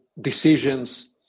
decisions